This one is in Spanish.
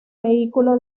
vehículo